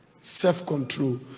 Self-control